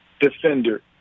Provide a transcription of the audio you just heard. defender